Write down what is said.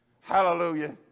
Hallelujah